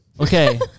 okay